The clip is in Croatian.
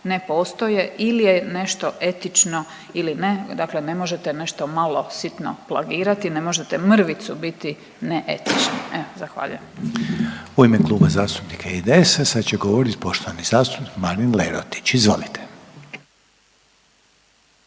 ne postoje ili je nešto etično ili ne, dakle ne možete nešto malo sitno plagirati, ne možete mrvicu biti ne etični. Evo, zahvaljujem. **Reiner, Željko (HDZ)** U ime Kluba zastupnika IDS-a sad će govorit poštovani zastupnik Marin Lerotić. Izvolite.